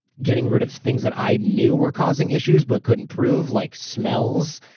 getting rid of things that i knew were causing issues, but couldn't prove like smells.